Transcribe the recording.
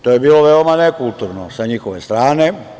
To je bilo veoma nekulturno sa njihove strane.